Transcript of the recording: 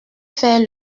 faire